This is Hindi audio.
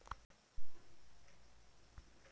ड्रिप सिंचाई प्रणाली क्या है?